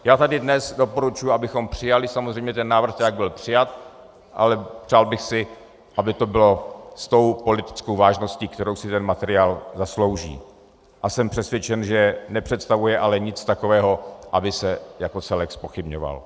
Já tady dnes doporučuji, abychom přijali samozřejmě ten návrh tak, jak byl přijat, ale přál bych si, aby to bylo s tou politickou vážností, kterou si ten materiál zaslouží, a jsem přesvědčen, že nepředstavuje ale nic takového, aby se jako celek zpochybňoval.